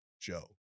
Joe